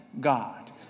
God